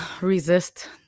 resist